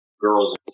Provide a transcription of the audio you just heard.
girls